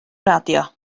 radio